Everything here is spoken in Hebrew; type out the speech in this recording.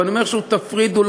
ואני אומר שוב: תפרידו,